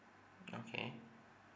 okay